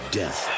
death